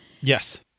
Yes